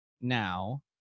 now